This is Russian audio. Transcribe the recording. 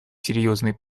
серьезной